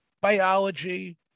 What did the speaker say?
biology